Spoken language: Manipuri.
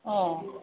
ꯑꯥ